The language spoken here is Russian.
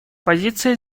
позиция